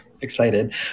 Excited